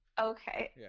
Okay